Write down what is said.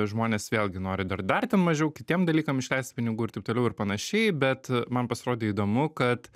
žmonės vėlgi nori dar dar ten mažiau kitiem dalykam išleisti pinigų ir taip toliau ir panašiai bet man pasirodė įdomu kad